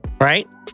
Right